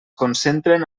concentren